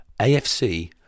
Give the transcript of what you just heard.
AFC